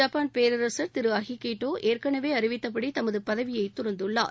Japan பேரரசர் திரு Akihito ஏற்களவே அறிவித்தபடி தமது பதவியை துறந்துள்ளார்